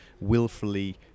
willfully